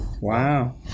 wow